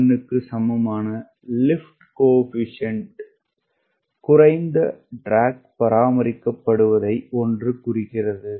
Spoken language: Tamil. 1 க்கு சமமான லிப்ட் குணகத்தில் குறைந்த ட்ராக் பராமரிக்கப்படுவதை 1 குறிக்கிறது